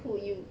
who you